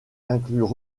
incluent